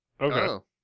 Okay